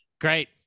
Great